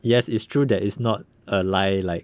yes it's true that it's not a lie like